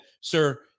Sir